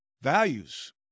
values